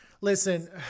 listen